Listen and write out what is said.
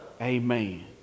Amen